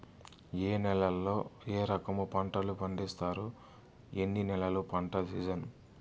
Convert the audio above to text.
ఏ నేలల్లో ఏ రకము పంటలు పండిస్తారు, ఎన్ని నెలలు పంట సిజన్?